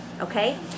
Okay